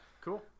Cool